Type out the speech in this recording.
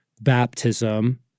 baptism